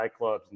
nightclubs